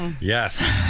Yes